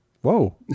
Whoa